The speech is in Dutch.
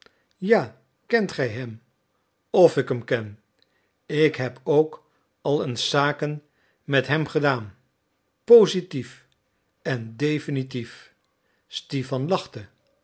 ja kent gij hem of ik hem ken ik heb ook al eens zaken met hem gedaan positief en definitief stipan lachte